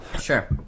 sure